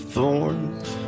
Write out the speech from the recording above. Thorns